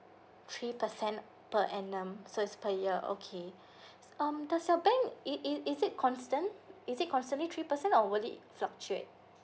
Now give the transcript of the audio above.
three percent per annum so it's per year okay um does your bank is is is it constant is it constantly three percent or would it fluctuate